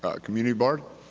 ah community board.